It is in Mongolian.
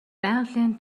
байгалийн